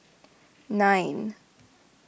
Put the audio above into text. nine